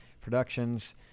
Productions